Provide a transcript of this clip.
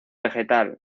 vegetal